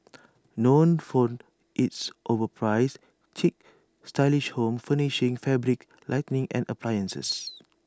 known for its overpriced chic stylish home furnishings fabrics lighting and appliances